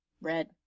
red